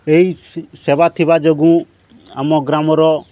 ଏହି ସେବା ଥିବା ଯୋଗୁଁ ଆମ ଗ୍ରାମର